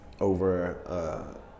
over